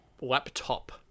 laptop